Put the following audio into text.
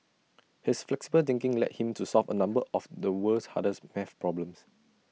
his flexible thinking led him to solve A number of the world's hardest math problems